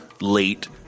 late